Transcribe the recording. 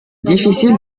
difficile